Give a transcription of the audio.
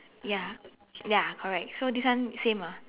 ya ya correct so this one same ah